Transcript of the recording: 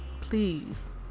please